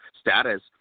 status